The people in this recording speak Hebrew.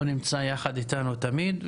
הוא נמצא יחד איתנו תמיד,